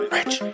Rich